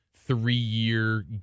three-year